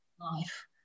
life